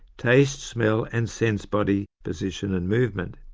taste, smell, and sense body position and movement.